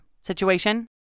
situation